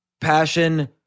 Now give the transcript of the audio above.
passion